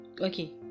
Okay